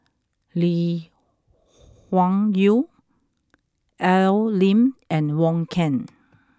Lee Wung Yew Al Lim and Wong Keen